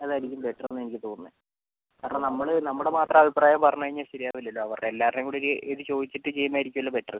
അതായിരിക്കും ബെറ്റർന്ന് എനിക്ക് തോന്നുന്നത് കാരണം നമ്മൾ നമ്മുടെ മാത്രം അഭിപ്രായം പറഞ്ഞ് കഴിഞ്ഞാൽ ശരിയാവില്ലല്ലോ അവരുടെ എല്ലാവരുടെയും കൂടെ ഒരു ഇത് ചോദിച്ചിട്ട് ചെയുന്ന ആയിരിക്കുമല്ലോ ബെറ്ററ്